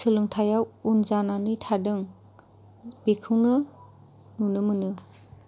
सोलोंथाइयाव उन जानानै थादों बेखौनो नुनो मोनो